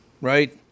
Right